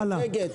הלאה.